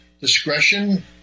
discretion